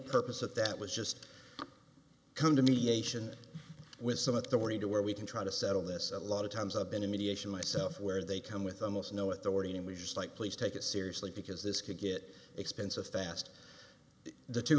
purpose at that was just come to mediation with some authority to where we can try to settle this a lot of times i've been in mediation myself where they come with almost no authority and we just like please take it seriously because this could get expensive fast the two